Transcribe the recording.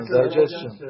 digestion